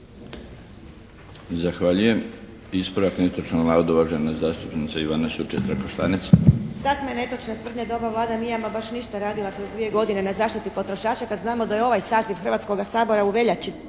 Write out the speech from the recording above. Zahvaljujem. Ispravak netočnoga navoda, uvažena zastupnica Ivana Sučec-Trakoštanec. **Sučec-Trakoštanec, Ivana (HDZ)** Sasma je netočna tvrdnja da ova Vlada nije ama baš ništa radila kroz 2 godine na zaštiti potrošača kad znamo da je ovaj saziv Hrvatskoga sabora u veljači